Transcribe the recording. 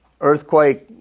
earthquake